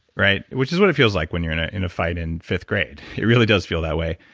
right? which is what it feels like when you're in ah in a fight in fifth grade. it really does feel that way.